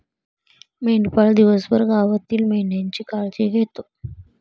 मेंढपाळ दिवसभर गावातील मेंढ्यांची काळजी घेतो